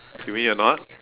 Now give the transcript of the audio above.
you mean you're not